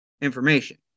information